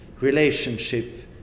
relationship